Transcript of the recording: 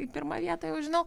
į pirmą vietą jau žinau